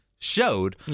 showed